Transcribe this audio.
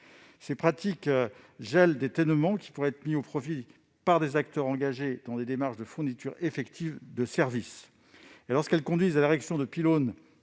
Ces pratiques gèlent des tènements qui pourraient être mis à profit par des acteurs engagés dans des démarches de fourniture effective de service. Lorsqu'elles conduisent à l'érection de pylônes